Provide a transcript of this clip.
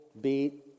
beat